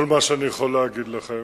כל מה שאני יכול להגיד לכם,